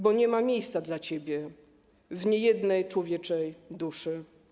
Bo nie ma miejsca dla Ciebie w niejednej człowieczej duszy.